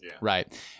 Right